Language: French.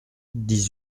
dix